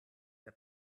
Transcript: der